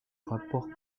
rapport